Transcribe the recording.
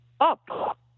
up